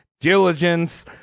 diligence